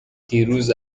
دیروز